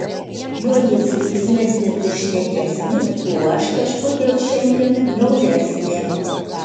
juo jis linksmesnis ir šnekesnis tuo aš kažkodėl šiandien niauresnė